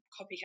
copycat